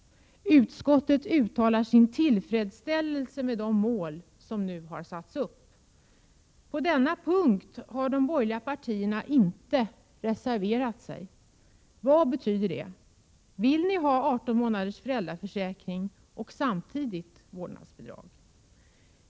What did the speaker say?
Utskottet uttalar sin tillfredsställelse med de mål som nu har satts upp. På denna punkt har de borgerliga partierna inte reserverat sig. Vad betyder det? Vill ni ha 18 månaders föräldraförsäkring och samtidigt vårdnadsbidrag?